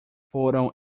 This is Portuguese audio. foram